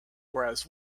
whereas